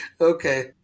okay